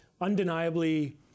Undeniably